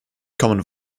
common